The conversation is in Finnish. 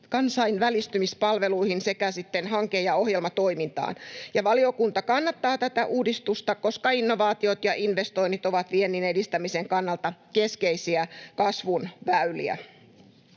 kansainvälistymispalveluihin sekä sitten hanke‑ ja ohjelmatoimintaan. Valiokunta kannattaa tätä uudistusta, koska innovaatiot ja investoinnit ovat viennin edistämisen kannalta keskeisiä kasvun väyliä.